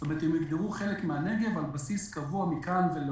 זאת אומרת הם --- חלק מהנגב על בסיס קבוע מכאן ועד